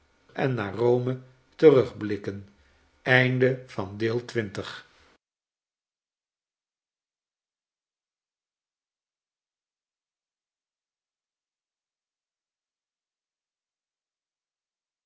en naar rome terugblikken